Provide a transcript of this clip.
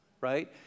right